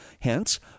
Hence